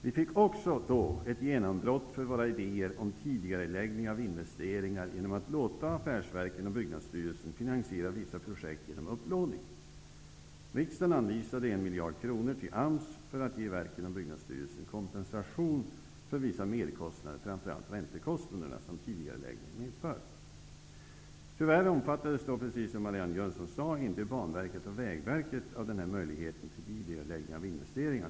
Vi fick då också ett genombrott för våra idéer om en tidigareläggning av investeringar genom att låta affärsverken och Byggnadsstyrelsen finansiera vissa projekt genom upplåning. Riksdagen anvisade 1 miljard kronor till AMS för att verken och Byggnadsstyrelsen skulle få kompensation för vissa merkostnader, framför allt räntekostnader, som tidigareläggningen medförde. Tyvärr omfattades, precis som Marianne Jönsson sade, inte Banverket och Vägverket av den här möjligheten till tidigareläggning av investeringar.